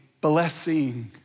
blessing